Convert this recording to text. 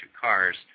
cars